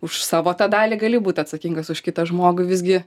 už savo tą dalį gali būt atsakingas už kitą žmogų visgi